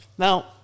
Now